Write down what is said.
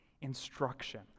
instruction